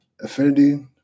affinity